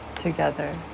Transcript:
together